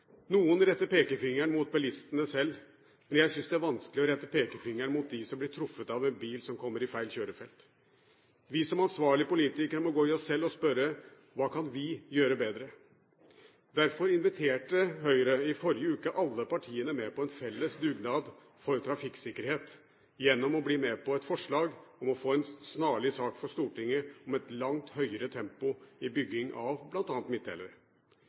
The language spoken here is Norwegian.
Noen retter pekefingeren mot bilistene selv, men jeg syns det er vanskelig å rette pekefingeren mot dem som blir truffet av en bil som kommer i feil kjørefelt. Vi som ansvarlige politikere må gå i oss selv og spørre: Hva kan vi gjøre bedre? Derfor inviterte Høyre i forrige uke alle partiene med på en felles dugnad for trafikksikkerhet gjennom å bli med på et forslag om å få en snarlig sak for Stortinget om et langt høyere tempo i byggingen av